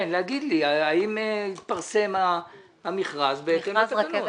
כן, להגיד לי האם התפרסם המכרז בהתאם לתקנות.